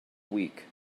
weak